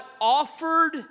offered